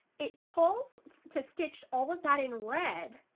it calls to stitch all of that in red,